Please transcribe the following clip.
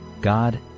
God